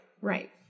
right